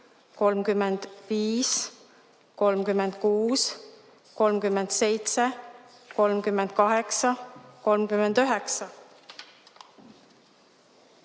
35, 36, 37, 38, 39,